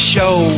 Show